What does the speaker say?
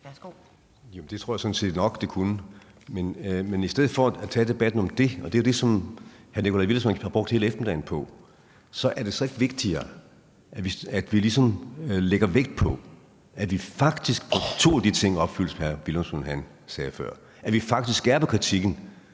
(SF): Jamen det tror jeg sådan set nok det kunne, men i stedet for at tage debatten om det – og det er jo det, som hr. Nikolaj Villumsen har brugt hele eftermiddagen på – er det så ikke vigtigere, at vi ligesom lægger vægt på, at vi faktisk får to af de ting opfyldt, hr. Nikolaj Villumsen nævnte før, altså at vi faktisk skærper kritikken